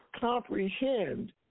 comprehend